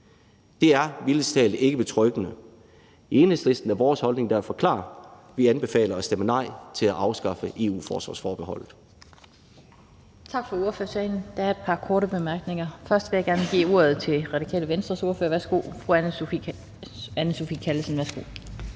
Det er mildest talt ikke betryggende. I Enhedslisten er vores holdning derfor klar: Vi anbefaler at stemme nej til at afskaffe EU-forsvarsforbeholdet.